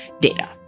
data